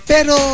Pero